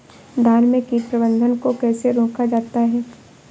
धान में कीट प्रबंधन को कैसे रोका जाता है?